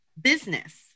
business